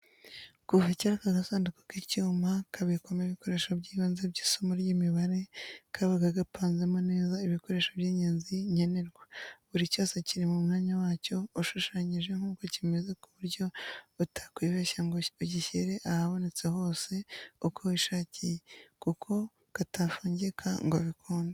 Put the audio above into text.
Kuva kera aka gasanduku k'icyuma kabikwamo ibikoresho by'ibanze by'isomo ry'imibare, kabaga gapanzemo neza ibikoresho by'ingenzi nkenerwa, buri cyose kiri mu mwanya wacyo, ushushanyije nk'uko kimeze ku buryo utakwibeshya ngo ugishyire ahabonetse hose uko wishakiye, kuko katafungika ngo bikunde.